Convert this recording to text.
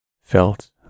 felt